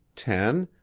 ten,